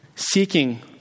seeking